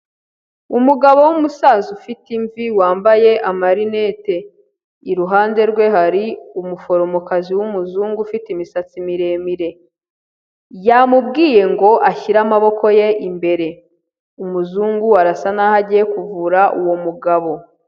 Umugabo w'umusaza ufite imvi, wambaye amarinete. Iruhande rwe hari umuforomokazi w'umuzungu, ufite imisatsi miremire. Yamubwiye ngo ashyire amaboko ye imbere. Umuzungu arasa n'aho agiye kuvura uwo mugabo.